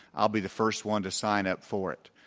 i'll be the first one to sign up for it,